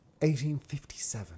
1857